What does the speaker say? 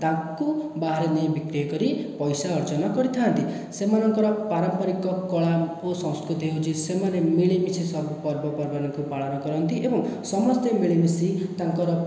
ତାକୁ ବାହାରେ ନେଇ ବିକ୍ରି କରି ପଇସା ଅର୍ଜନ କରିଥାନ୍ତି ସେମାନଙ୍କର ପାରମ୍ପରିକ କଳା ଓ ସଂସ୍କୃତି ହେଉଛି ସେମାନେ ମିଳିମିଶି ସବୁ ପର୍ବପର୍ବାଣୀକୁ ପାଳନ କରନ୍ତି ଏବଂ ସମସ୍ତେ ମିଳିମିଶି ତାଙ୍କର